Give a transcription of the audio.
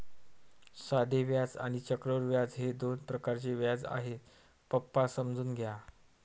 साधे व्याज आणि चक्रवाढ व्याज हे दोन प्रकारचे व्याज आहे, पप्पा समजून घ्या